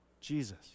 Jesus